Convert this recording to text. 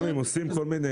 גם אם עושים כל מיני,